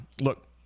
look